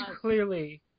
clearly